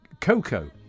Coco